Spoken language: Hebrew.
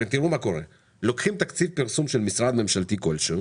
הרי תראו מה קורה: לוקחים תקציב פרסום של משרד ממשלתי כלשהו